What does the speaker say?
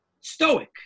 stoic